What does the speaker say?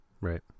Right